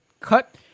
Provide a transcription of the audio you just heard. cut